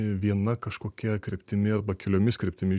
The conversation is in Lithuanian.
viena kažkokia kryptimi arba keliomis kryptimis